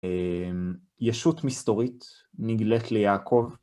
ישות מסתורית נגלית ליעקב.